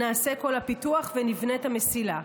נעשה כל הפיתוח ונבנית המסילה.